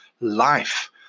life